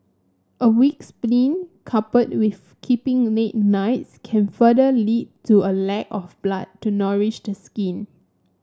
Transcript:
a weak spleen coupled with keeping late nights can further lead to a lack of blood to nourish the skin